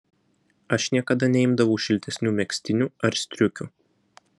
aš niekada neimdavau šiltesnių megztinių ar striukių